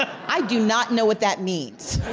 i do not know what that means.